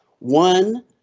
One